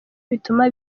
bituma